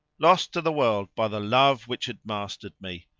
lost to the world by the love which had mastered me,